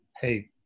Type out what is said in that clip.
hey